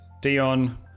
Dion